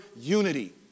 unity